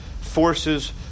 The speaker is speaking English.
forces